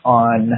on